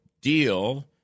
deal